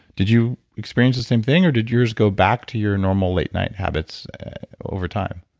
did you experience the same thing or did yours go back to your normal late-night habits over time?